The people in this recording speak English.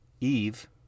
Eve